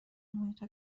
محیط